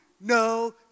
no